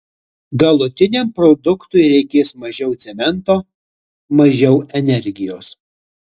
galutiniam produktui reikės mažiau cemento mažiau energijos